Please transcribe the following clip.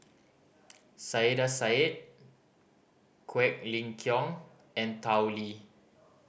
Saiedah Said Quek Ling Kiong and Tao Li